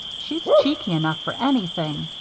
she's cheeky enough for anything.